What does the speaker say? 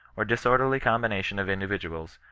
or disorderly combination of indi viduals,